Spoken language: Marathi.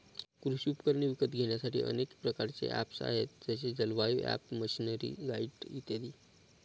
कृषी उपकरणे विकत घेण्यासाठी अनेक प्रकारचे ऍप्स आहेत जसे जलवायु ॲप, मशीनरीगाईड इत्यादी